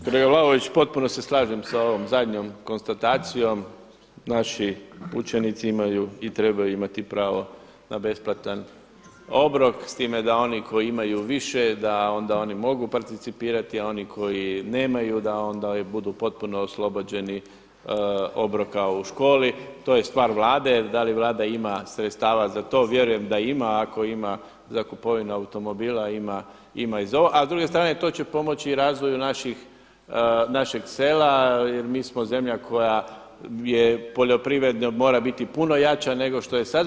Kolega Vlaović, potpuno se slažem sa ovom zadnjom konstatacijom, naši učenici imaju i trebaju imati pravo na besplatan obrok s time da oni koji imaju više da onda oni mogu participirati a oni koji nemaju da onda budu potpuno oslobođeni obroka u školu, to je stvar Vlade da li Vlada ima sredstava za to, vjerujem da ima a ako ima za kupovinu automobila ima i za ovo a s druge strane to će pomoći i razvoju našeg sela jer mi smo zemlja koja poljoprivredno mora biti puno jača nego što je sada.